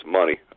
money